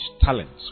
talents